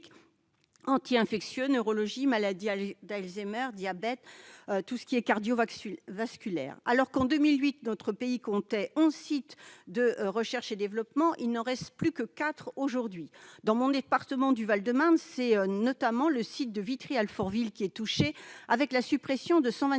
anti-infectieux, neurologie, maladie d'Alzheimer, diabète, maladies cardio-vasculaires. Alors que, en 2008, notre pays comptait onze sites de recherche et développement, il n'en reste plus que quatre aujourd'hui. Dans mon département, le Val-de-Marne, le site de Vitry-Alfortville est touché par la suppression de 124